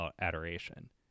adoration